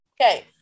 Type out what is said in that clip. Okay